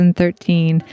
2013